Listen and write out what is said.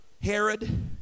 Herod